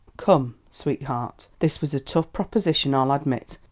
come, sweetheart, this was a tough proposition, i'll admit,